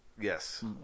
Yes